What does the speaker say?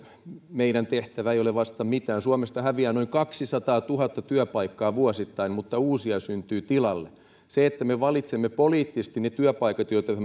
meidän tehtävämme ei ole vastata mitään suomesta häviää noin kaksisataatuhatta työpaikkaa vuosittain mutta uusia syntyy tilalle se että me valitsemme poliittisesti ne työpaikat joita